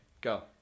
go